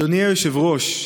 אדוני היושב-ראש,